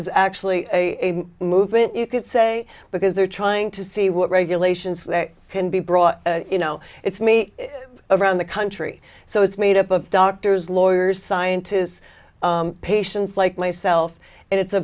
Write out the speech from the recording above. is actually a movement you could say because they're trying to see what regulations can be brought it's me around the country so it's made up of doctors lawyers scientists patients like myself and it's a